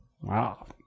Wow